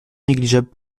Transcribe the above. négligeable